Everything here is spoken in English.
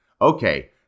Okay